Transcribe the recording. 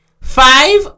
five